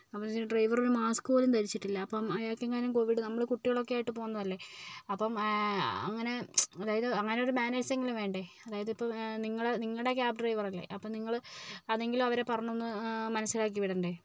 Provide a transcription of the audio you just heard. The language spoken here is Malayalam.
അപ്പോഴെന്ന് വെച്ചിട്ടുണ്ടെങ്കിൽ ഡ്രൈവർ മാസ്ക് പോലും ധരിച്ചിട്ടില്ല അപ്പോൾ അയാൾക്കെങ്ങാനും കോവിഡ് നമ്മൾ കുട്ടികളൊക്കെയായിട്ട് പോകുന്നയല്ലേ അപ്പോൾ അങ്ങനെ അതായത് അങ്ങനെയൊരു മാനേഴ്സ് എങ്കിലും വേണ്ടേ അതായത് ഇപ്പോൾ നിങ്ങളെ നിങ്ങളുടെ ക്യാബ് ഡ്രൈവറല്ലേ അപ്പോൾ നിങ്ങൾ അതെങ്കിലും അവരെ പറഞ്ഞൊന്ന് മനസ്സിലാക്കി വിടണ്ടേ